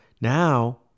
Now